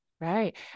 Right